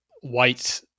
white